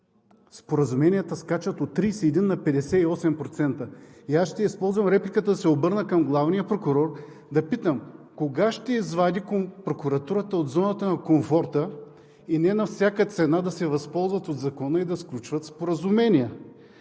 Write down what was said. споразуменията скачат от 31 на 58%. Аз ще използвам репликата, за да се обърна към главния прокурор да питам: кога ще извади прокуратурата от зоната на комфорта и не на всяка цена да се възползват от закона и да сключват споразумения?